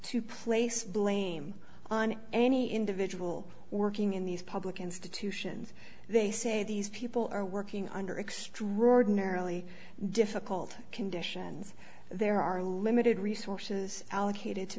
to place blame on any individual working in these public institutions they say these people are working under extraordinarily difficult conditions there are limited resources allocated to